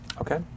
Okay